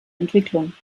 entwicklung